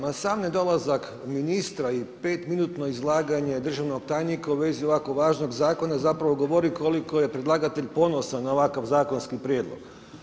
Ma sam nedolazak ministra i 5 minutno izlaganje, državnog tajnika, u vezi ovako važnog zakona, zapravo govori koliko je predlagatelj ponosan na ovakav zakonski prijedlog.